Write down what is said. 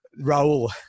Raul